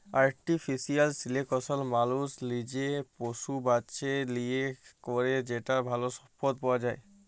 artificial selection মালুস লিজে পশু বাছে লিয়ে ক্যরে যেটতে ভাল সম্পদ পাউয়া যায়